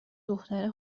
دختره